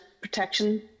protection